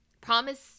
promise